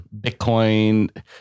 Bitcoin